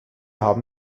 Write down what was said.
haben